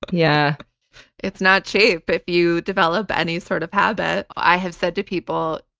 yeah it's not cheap if you develop any sort of habit. i have said to people,